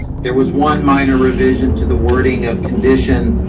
there was one minor revision to the wording of condition,